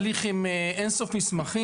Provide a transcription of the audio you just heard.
הליך עם אין ספור מסמכים.